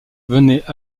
venaient